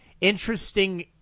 interesting